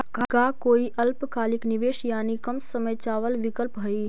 का कोई अल्पकालिक निवेश यानी कम समय चावल विकल्प हई?